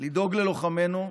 לדאוג ללוחמינו,